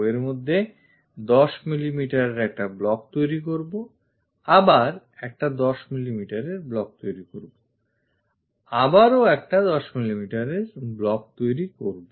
এর মধ্যে 10 mmএর একটা block তৈরি করবো আবার একটা 10mm block তৈরি করবো আবারও একটা 10mm block তৈরি করবো